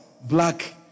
black